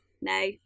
no